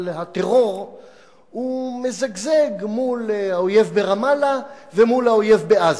הטרור מזגזג מול האויב ברמאללה ומול האויב בעזה.